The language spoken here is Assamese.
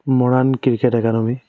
Moran cricket academy